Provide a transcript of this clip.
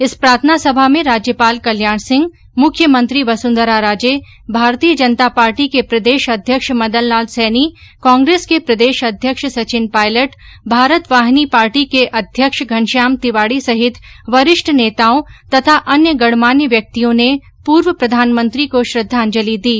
इस प्रार्थना सभा में राज्यपाल कल्याण सिंह मुख्यमंत्री वसुंधरा राजे भारतीय जनता पार्टी के प्रदेश अध्यक्ष मदन लाल सैनी कांग्रेस के प्रदेश अध्यक्ष सचिन पायलट भारत वाहिनी पार्टी के अध्यक्ष घनश्याम तिवाड़ी समेत वरिष्ठ नेताओं तथा अन्य गणमान्य व्यक्तियों ने पूर्व प्रधानमंत्री को श्रद्वांजलि दी